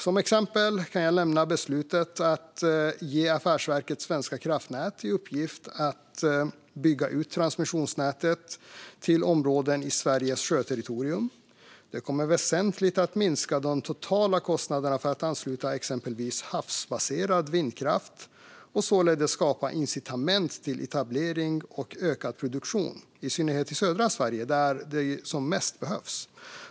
Som exempel kan jag nämna beslutet om att ge Affärsverket svenska kraftnät i uppgift att bygga ut transmissionsnätet till områden i Sveriges sjöterritorium. Det kommer att väsentligt minska de totala kostnaderna för att ansluta exempelvis havsbaserad vindkraft och således skapa incitament till etablering och ökad produktion, i synnerhet i södra Sverige där det som mest behövs.